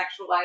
sexualized